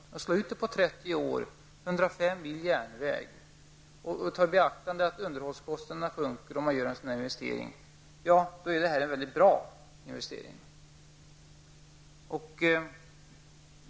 Om man slår ut dessa pengar på 30 år och 105 mil järnväg och tar i beaktande att underhållskostnaderna sjunker om man gör en sådan investering, då är detta en mycket bra investering.